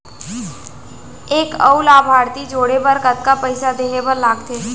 एक अऊ लाभार्थी जोड़े बर कतका पइसा देहे बर लागथे?